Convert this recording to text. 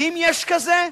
ואם יש כזה,